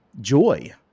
joy